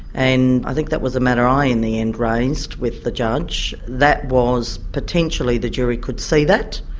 and i think that was a matter i in the end raised with the judge. that was potentially the jury could see that,